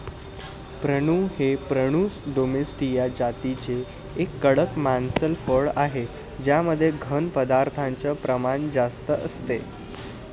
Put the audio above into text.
prune हे Prunus domestica जातीचे एक कडक मांसल फळ आहे ज्यामध्ये घन पदार्थांचे प्रमाण जास्त असते